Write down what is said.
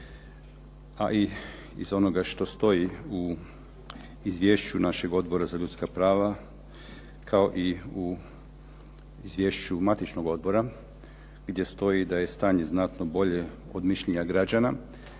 a i iz onoga što stoji u izvješću našeg Odbora za ljudska prava, kao i u izvješću matičnog odbora, gdje stoji da je stanje znatno bolje od mišljenja građana,